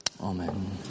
Amen